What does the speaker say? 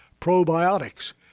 probiotics